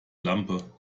lampe